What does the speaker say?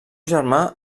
germà